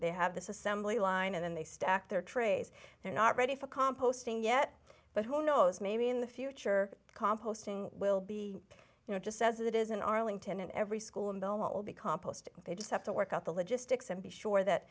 they have this assembly line and then they stack their trays they're not ready for composting yet but who knows maybe in the future composting will be you know just as it is in arlington and every school in the whole of the compost they just have to work out the logistics and be sure that